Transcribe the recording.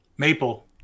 Maple